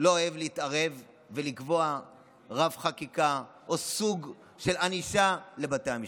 לא אוהב להתערב ולקבוע רף חקיקה או סוג של ענישה לבתי המשפט.